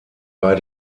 bei